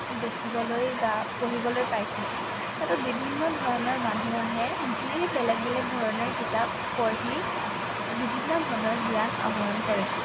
দেখিবলৈ বা পঢ়িবলৈ পাইছোঁ তাতে বিভিন্ন ধৰণৰ মানুহ আহে আহি বেলেগ বেলেগ ধৰণে কিতাপ পঢ়ি বিভিন্ন ধৰণৰ জ্ঞান আহৰণ কৰে